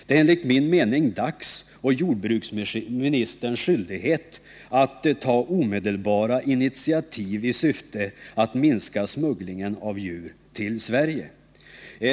Det är enligt min mening dags — och jordbruksministerns skyldighet —att ta omedelbara initiativ i syfte att minska smugglingen av djur till Sverige.